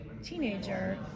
Teenager